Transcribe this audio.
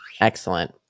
Excellent